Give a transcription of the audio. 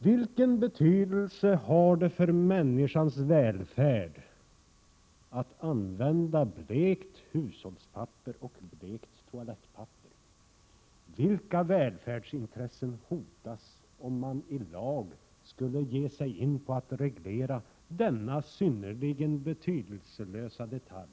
Vilken betydelse har det för människans välfärd att använda blekt hushållspapper och blekt toalettpapper? Vilka välfärdsintressen hotas om man i lag skulle ge sig på att reglera denna synnerligen betydelselösa detalj?